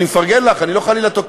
אני מפרגן לך, אני לא תוקף,